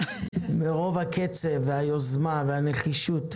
מרוב הקצב והיוזמה והנחישות.